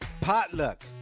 Potluck